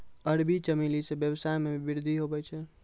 अरबी चमेली से वेवसाय मे भी वृद्धि हुवै छै